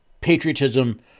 patriotism